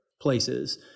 places